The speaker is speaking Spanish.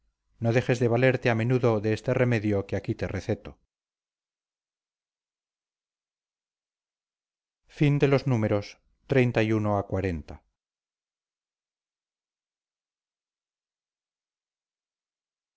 no dejes de valerte a menudo de este remedio que aquí te receto xli